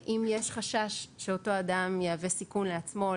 אם יש חשש שאותו אדם יהווה סיכון לעצמו או